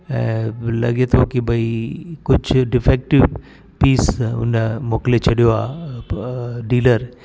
ऐं लॻे थो कि भई कुछ डिफेक्टिव पीस हुन मोकिले छॾियो आहे डीलर